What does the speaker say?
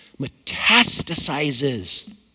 metastasizes